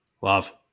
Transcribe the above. Love